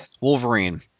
Wolverine